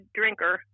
drinker